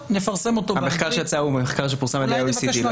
המחקר שיצא פורסם על-ידי ה-OECD.